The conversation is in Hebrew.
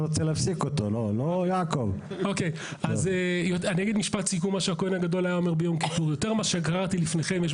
אז בואי נתייחס